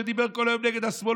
שדיבר כל היום נגד השמאל,